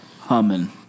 humming